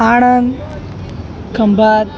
Anand Khambhat